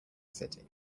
city